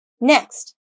Next